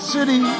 City